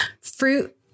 fruit